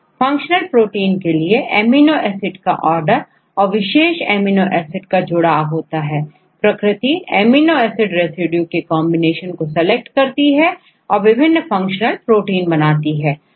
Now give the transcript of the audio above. functional protein के लिए amino acid का ऑर्डर और विशेष एमिनो एसिड का जुड़ाव होता है प्रकृति एमिनो एसिड रेसिड्यू के कॉन्बिनेशन को सेलेक्ट करती है और विभिन्न फंक्शनल प्रोटीन बनाती है